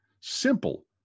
simple